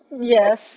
Yes